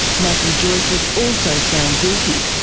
matthew joyce was also found guilty.